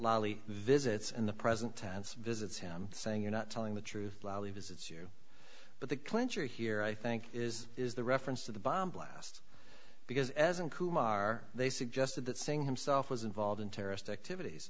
lolli visits in the present tense visits him saying you're not telling the truth is it's you but the clincher here i think is is the reference to the bomb blast because as in kumar they suggested that singh himself was involved in terrorist activities